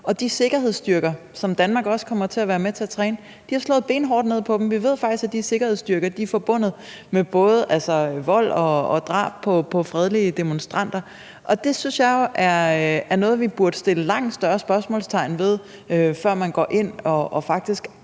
de sikkerhedsstyrker, som Danmark også kommer til at være med til at træne, har slået benhårdt ned på dem. Vi ved faktisk, at de sikkerhedsstyrker er forbundet med både vold og drab på fredelige demonstranter. Og det synes jeg jo er noget, vi burde sætte spørgsmålstegn ved i langt højere grad,